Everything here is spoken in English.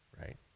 Right